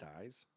dies